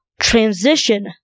Transition